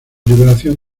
liberación